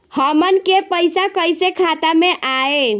हमन के पईसा कइसे खाता में आय?